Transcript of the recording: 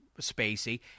Spacey